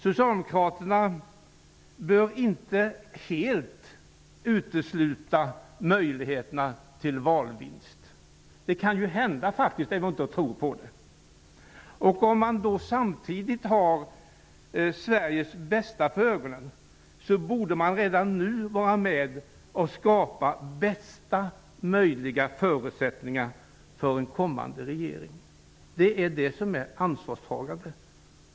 Socialdemokraterna bör inte helt utesluta möjligheten till valvinst. Det kan ju faktiskt hända att de vinner valet -- även om jag inte tror att det blir så. Om man då samtidigt har Sveriges bästa för ögonen borde man redan nu vara med och skapa bästa möjliga förutsättningar för en kommande regering. Det är detta som är ansvarstagande.